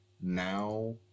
now